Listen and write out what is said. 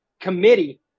committee